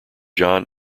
john